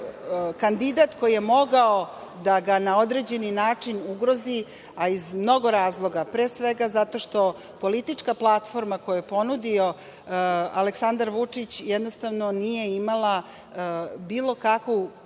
kandidat koji je mogao da ga na određeni način ugrozi, a iz mnogo razloga. Pre svega, zato što politička platforma koju je ponudio Aleksandar Vučić, jednostavno nije imala bilo kakvu protivtežu